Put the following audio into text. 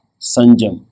sanjam